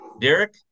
Derek